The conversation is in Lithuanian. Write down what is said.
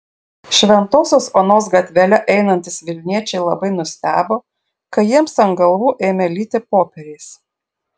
šventosios onos gatvele einantys vilniečiai labai nustebo kai jiems ant galvų ėmė lyti popieriais